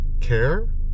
care